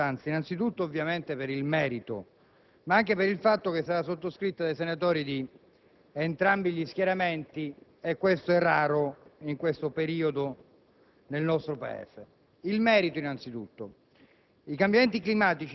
Ministro, la mozione n. 39 che stiamo discutendo è di fondamentale importanza innanzitutto per il merito, ma anche per il fatto che è stata sottoscritta dai senatori di entrambi gli schieramenti e ciò è raro in questo periodo